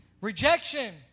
Rejection